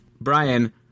Brian